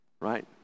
right